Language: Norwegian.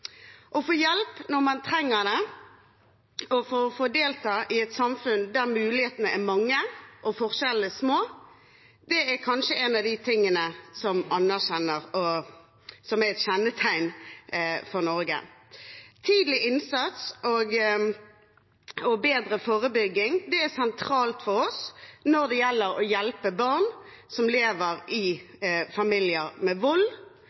Å få hjelp når man trenger det, og å få delta i et samfunn der mulighetene er mange og forskjellene små, er kanskje noe av det som kjennetegner Norge. Tidlig innsats og bedre forebygging er sentralt for oss når det gjelder å hjelpe barn som lever i familier med vold,